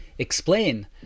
Explain